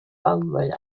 baumwolle